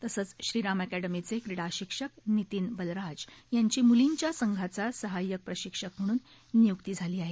तसंच श्रीराम अक्ष्टमीचे क्रीडा शिक्षक नितीन बलराज यांची मुलींच्या संघाचा सहाय्यक प्रशिक्षक म्हणून नियुक्ती झाली आहे